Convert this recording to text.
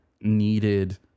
needed